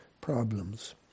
problems